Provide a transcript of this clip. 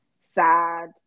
sad